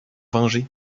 vengé